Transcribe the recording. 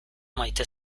maite